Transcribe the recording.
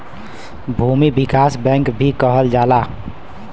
भूमि विकास बैंक भी कहल जाला